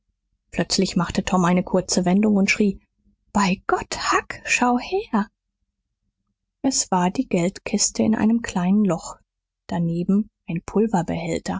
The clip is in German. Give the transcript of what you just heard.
plötzlich machte tom eine kurze wendung und schrie bei gott huck schau her es war die geldkiste in einem kleinen loch daneben ein